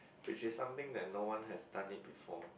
which is something that no one has done it before